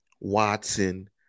Watson